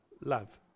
love